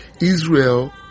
Israel